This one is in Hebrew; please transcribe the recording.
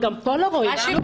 שם